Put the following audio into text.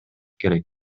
керек